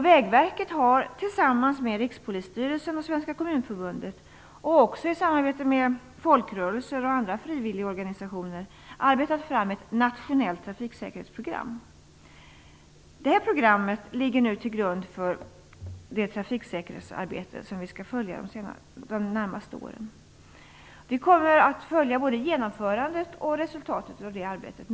Vägverket har tillsammans med Rikspolisstyrelsen och Svenska kommunförbundet och i samarbete med folkrörelser och andra frivilligorganisationer arbetat fram ett nationellt trafiksäkerhetsprogram. Detta program ligger nu till grund för det trafiksäkerhetsarbete som vi skall utföra de närmaste åren. Vi kommer från regeringens sida att noga följa både genomförandet och resultatet av det arbetet.